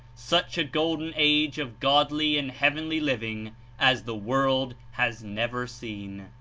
such a golden age of godly and heavenly living as the world has never seen.